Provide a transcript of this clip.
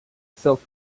silk